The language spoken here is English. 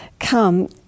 come